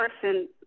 person